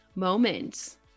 moments